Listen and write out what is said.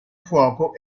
fuoco